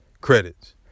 credits